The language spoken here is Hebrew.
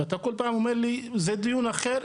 אתה כל פעם אומר לי, זה דיון אחר.